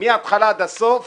שמהתחלה ועד הסוף